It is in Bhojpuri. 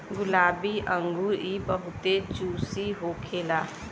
गुलाबी अंगूर इ बहुते जूसी होखेला